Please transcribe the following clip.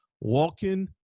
walking